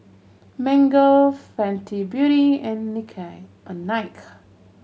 Mango Fenty Beauty and Nike